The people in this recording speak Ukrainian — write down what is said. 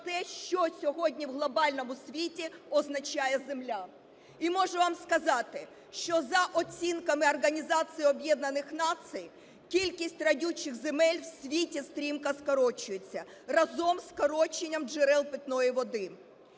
що сьогодні в глобальному світі означає земля. І можу вам сказати, що, за оцінками Організації Об'єднаних Націй, кількість родючих земель в світі стрімко скорочується разом зі скороченням джерел питної води.